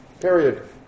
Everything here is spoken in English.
Period